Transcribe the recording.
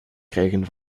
krijgen